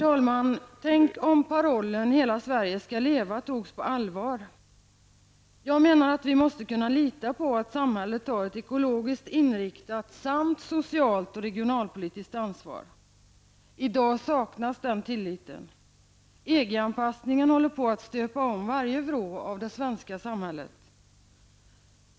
Tänk om parollen Hela Sverige skall leva togs på allvar. Jag menar att vi måste kunna lita på att samhället tar ett ekologiskt inriktat samt socialt och regionalpolitiskt ansvar. I dag saknas den tilliten. EG-anpassningen håller på att stöpa om varje vrå av det svenska samhället.